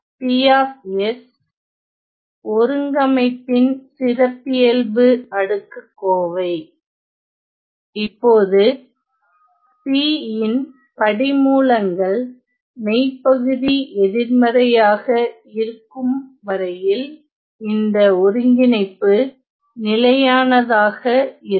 P ஒருங்கமைப்பின் சிறப்பியல்பு அடுக்குக்கோவை இப்போது P ன் படிமூலங்கள் மெய் பகுதி எதிர்மறையாக இருக்கும் வரையில் இந்த ஒருங்கிணைப்பு நிலையானதாக இருக்கும்